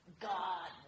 God